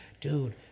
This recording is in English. Dude